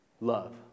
love